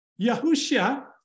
Yahushua